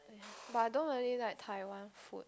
but I don't really like Taiwan food